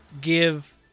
give